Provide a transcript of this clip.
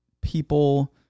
people